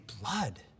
blood